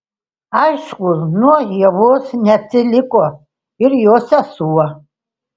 aišku nuo ievos neatsiliko ir jos sesuo